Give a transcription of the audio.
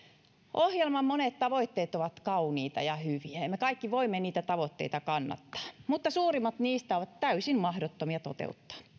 ohjelman monet tavoitteet ovat kauniita ja hyviä ja ja me kaikki voimme niitä tavoitteita kannattaa mutta suurimmat niistä ovat täysin mahdottomia toteuttaa